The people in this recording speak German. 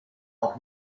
auch